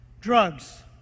drugs